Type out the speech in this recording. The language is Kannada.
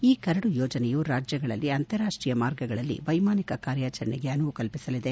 ಈ ಕರಡು ಯೋಜನೆಯು ರಾಜ್ಯಗಳಲ್ಲಿ ಅಂತಾರಾಷ್ಟೀಯ ಮಾರ್ಗಗಳಲ್ಲಿ ವೈಮಾನಿಕ ಕಾರ್ಯಾಚರಣೆಗೆ ಅನುವು ಕಲ್ಲಿಸಲಿದೆ